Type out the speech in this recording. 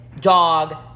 dog